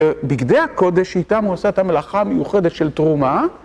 בגדי הקודש איתם הוא עושה את המלאכה המיוחדת של תרומה.